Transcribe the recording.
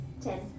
Ten